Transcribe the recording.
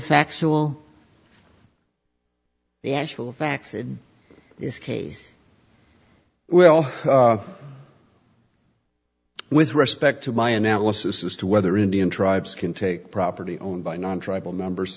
facts all the actual facts in this case well with respect to my analysis as to whether indian tribes can take property owned by non tribal numbers